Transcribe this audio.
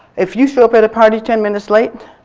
if you show up at a party ten minutes late,